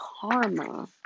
karma